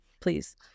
please